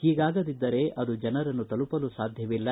ಹೀಗಾಗದಿದ್ದರೆ ಅದು ಜನರನ್ನು ತಲುಪಲು ಸಾಧ್ಯವಿಲ್ಲ